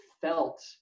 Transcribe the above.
felt